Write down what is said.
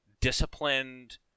disciplined